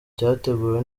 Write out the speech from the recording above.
cyateguwe